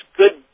good